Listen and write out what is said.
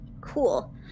Cool